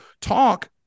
talk